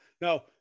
now